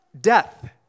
death